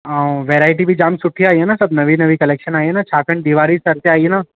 ऐं वैराइटी बि जाम सुठी आईं आहे न सभ नवी नवी कलेक्शन आहियूं न छाकाणि दीवाणी सर ते आईं न